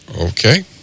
Okay